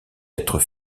être